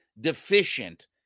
deficient